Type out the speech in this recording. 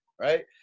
right